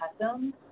customs